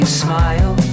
smile